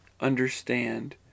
understand